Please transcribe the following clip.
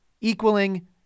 equaling